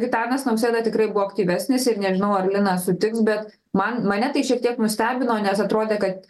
gitanas nausėda tikrai buvo aktyvesnis ir nežinau ar lina sutiks bet man mane tai šiek tiek nustebino nes atrodė kad